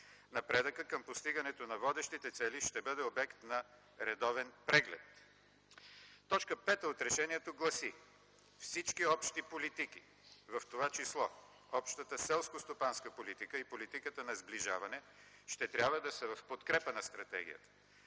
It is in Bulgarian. Напредъкът към постигането на водещите цели ще бъде обект на редовен преглед”. Точка 5 от решението гласи: „Всички общи политики, в това число общата селскостопанска политика и политиката на сближаване ще трябва да са в подкрепа на стратегията